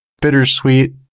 bittersweet